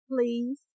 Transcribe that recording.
please